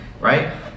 right